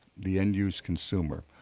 the end use consumer,